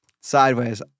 sideways